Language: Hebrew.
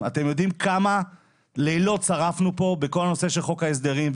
אתם יודעים כמה לילות שרפנו פה בכל הנושא של חוק ההסדרים,